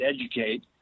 educate